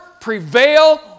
prevail